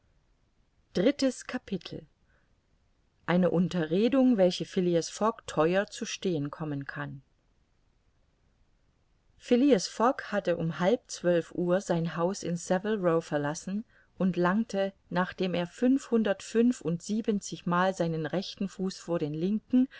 eine unterredung welche phileas fogg theuer zu stehen kommen kann phileas fogg hatte um halb zwölf uhr sein haus in saville row verlassen und langte nachdem er fünfhundertfünfundsiebenzigmal seinen rechten fuß vor den linken